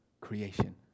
creation